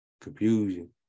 confusion